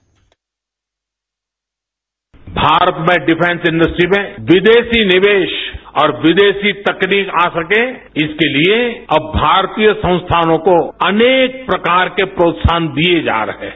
bite Bharat में defence industry में विदेशी निवेश और विदेशी तकनीक आ सके इसके लिए अब भारतीय संस्थापकों को अनेक प्रकार के प्रोत्साहन दिए जा रहे हैं